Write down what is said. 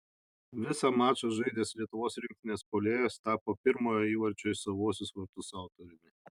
visą mačą žaidęs lietuvos rinktinės puolėjas tapo pirmojo įvarčio į savuosius vartus autoriumi